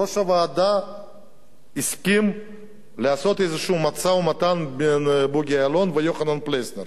ראש הממשלה הסכים לעשות איזה משא-ומתן בין בוגי יעלון ויוחנן פלסנר.